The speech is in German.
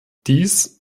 dies